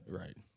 right